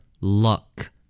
Luck